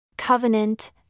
Covenant